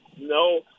No